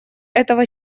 этого